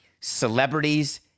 Celebrities